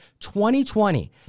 2020